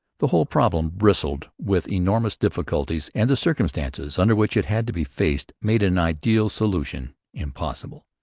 the whole problem bristled with enormous difficulties, and the circumstances under which it had to be faced made an ideal solution impossible.